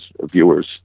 viewers